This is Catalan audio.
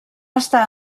estar